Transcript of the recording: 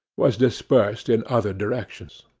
was dispersed in other directions.